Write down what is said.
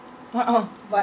a'ah